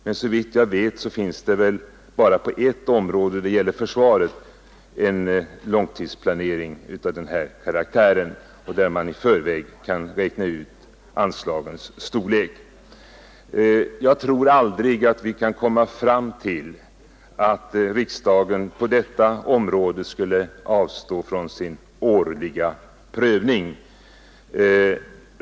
Men såvitt jag vet finns det bara på ett område, det gäller försvaret, en långtidsplanering av den karaktären, att man i förväg kan räkna ut anslagens storlek. Jag tror aldrig att vi kan komma fram till att riksdagen på detta område skulle avstå från sin årliga prövning.